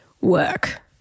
work